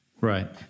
Right